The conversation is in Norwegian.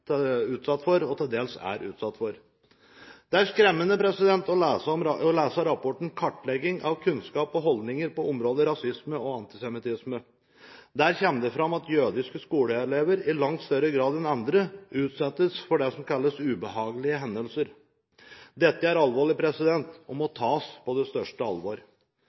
utsatt for, og til dels er utsatt for. Det er skremmende å lese rapporten Kartlegging av kunnskaper og holdninger på området rasisme og antisemittisme. Der kommer det fram at jødiske skoleelever i langt større grad enn andre utsettes for det som kalles ubehagelige hendelser. Dette er alvorlig og må tas på det største alvor.